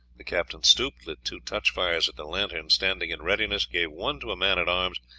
the captain stooped, lit two touchfires at the lantern standing in readiness, gave one to a man-at-arms,